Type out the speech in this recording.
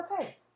okay